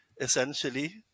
essentially